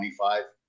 25